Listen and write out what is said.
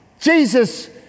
Jesus